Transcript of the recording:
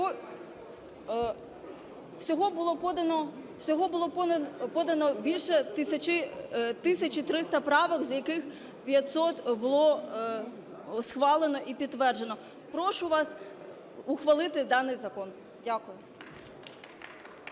Всього було подано більше 1 тисячі 300 правок, з яких 500 було схвалено і підтверджено. Прошу вас ухвалити даний закон. Дякую.